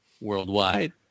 worldwide